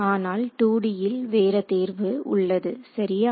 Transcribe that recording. ஆனால் 2D ல் வேற தேர்வு உள்ளது சரியா